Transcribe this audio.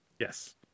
Yes